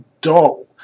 dull